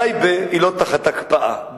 שטייבה היא לא תחת הקפאה.